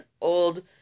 old